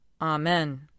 Amen